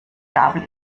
gabel